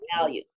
value